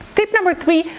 tip number three,